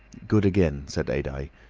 good again, said adye.